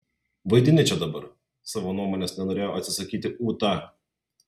vaidini čia dabar savo nuomonės nenorėjo atsisakyti ūta